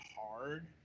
hard